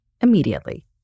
immediately